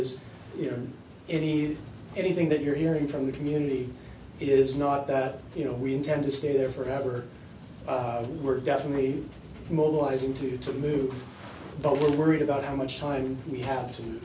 is you know anything that you're hearing from the community is not that you know we intend to stay there forever we're definitely mobilizing to do to move but we're worried about how much time we have